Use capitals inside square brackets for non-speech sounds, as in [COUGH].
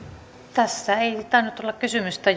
tässä ei tainnut olla kysymystä [UNINTELLIGIBLE]